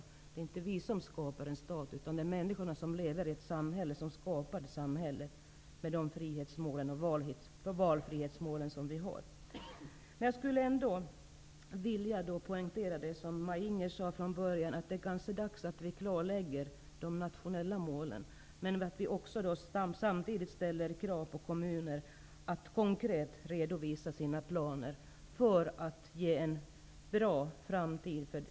Det är inte riksdagen som skapar staten, utan vi människor som lever i samhället med de valfrihetsmål som vi har. Det är kanske dags att klarlägga de nationella målen, precis som Maj-Inger Klingvall sade. Vi skall samtidigt ställa krav på kommunerna att konkret redovisa sina planer när det gäller att ge barnen möjlighet till en bra framtid.